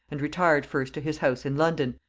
and retired first to his house in london,